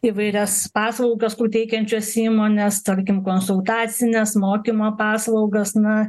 įvairias paslaugas teikiančios įmonės tarkim konsultacines mokymo paslaugas na